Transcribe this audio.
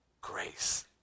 grace